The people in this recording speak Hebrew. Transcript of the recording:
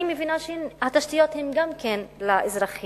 אני מבינה שהתשתיות הן גם כן לאזרחים